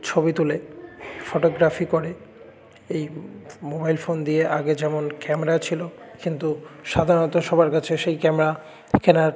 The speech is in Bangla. ছবি তোলে ফটোগ্রাফি করে এই মোবাইল ফোন দিয়ে আগে যেমন ক্যামেরা ছিল কিন্তু সাধারণত সবার কাছে সেই ক্যামেরা কেনার